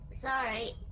Sorry